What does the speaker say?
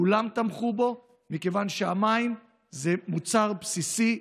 כולם תמכו בו, מכיוון שהמים זה מוצר בסיסי.